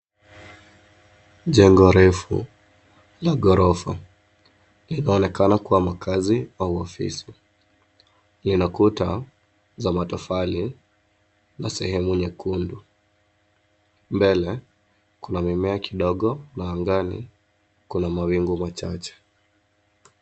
Jengo refu la gorofa linaonekana kuwa makazi au ofisi. Lina kuta za matofali na sehemu nyekundu mbele kuna mimea kidogo na angani kuna mawingu machache.